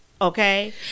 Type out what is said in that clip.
okay